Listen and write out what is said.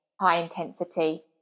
high-intensity